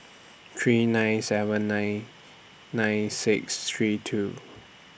three nine seven nine nine six three two